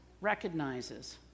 recognizes